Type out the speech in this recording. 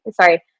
sorry